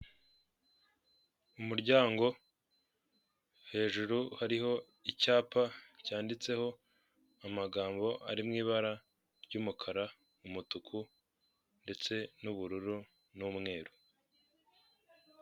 Umuryango hejuru hariho icyapa cyanditseho amagambo ari mu ibara ry'umukara umutuku ndetse n'ubururu n'umweru.